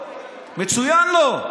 מצוין לו.